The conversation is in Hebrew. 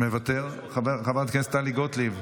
מוותר, חברת הכנסת טלי גוטליב.